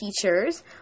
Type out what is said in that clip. teachers